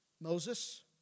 Moses